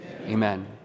Amen